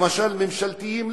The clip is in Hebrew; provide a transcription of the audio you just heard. למשל ממשלתיים,